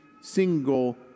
single